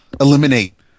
eliminate